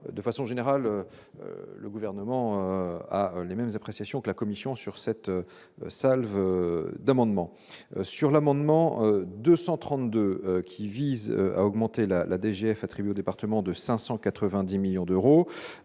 de façon générale, le gouvernement a les mêmes appréciations que la commission sur cette salve d'amendements sur l'amendement 232 qui vise à augmenter la la DGF au département de 590 millions d'euros